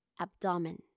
abdomen